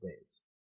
days